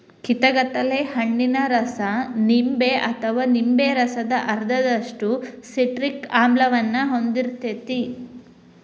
ಕಿತಗತಳೆ ಹಣ್ಣಿನ ರಸ ನಿಂಬೆ ಅಥವಾ ನಿಂಬೆ ರಸದ ಅರ್ಧದಷ್ಟು ಸಿಟ್ರಿಕ್ ಆಮ್ಲವನ್ನ ಹೊಂದಿರ್ತೇತಿ